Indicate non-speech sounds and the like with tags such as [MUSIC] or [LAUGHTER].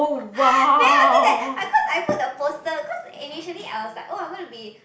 [LAUGHS] then after that I cause I put the poster cause initially I was like oh I gonna be